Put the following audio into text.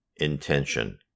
intention